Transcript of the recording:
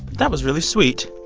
that was really sweet